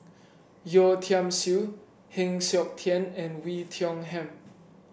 Yeo Tiam Siew Heng Siok Tian and Wei Tiong Ham